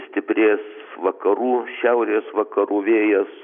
stiprės vakarų šiaurės vakarų vėjas